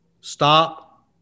Stop